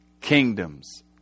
kingdoms